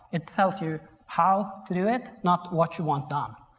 it tells you how to do it, not what you want done.